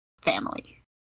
family